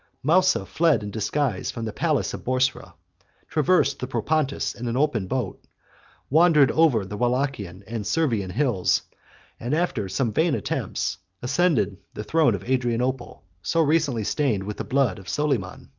mousa fled in disguise from the palace of boursa traversed the propontis in an open boat wandered over the walachian and servian hills and after some vain attempts, ascended the throne of adrianople, so recently stained with the blood of soliman.